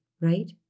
right